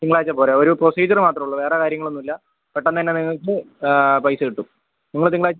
തിങ്കളാഴ്ച പോരൂ ഒരു പ്രൊസീജർ മാത്രമേ ഉള്ളൂ വേറെ കാര്യങ്ങളൊന്നും ഇല്ല പെട്ടെന്ന് തന്നെ നിങ്ങൾക്ക് പൈസ കിട്ടും നിങ്ങൾ തിങ്കളാഴ്ച